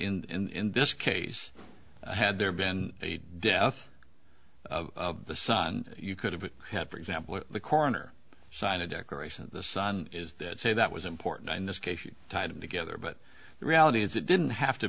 but in this case had there been a death of the son you could have had for example the coroner sign a declaration the sun is that say that was important in this case you tied them together but the reality is it didn't have to